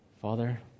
Father